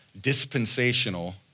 dispensational